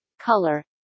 color